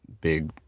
big